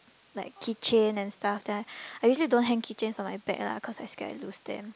like keychain and stuff then I I usually don't hang keychains on my bag lah cause I scared I lose them